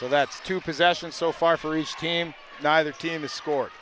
so that's two possessions so far for each team neither team scored